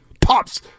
pops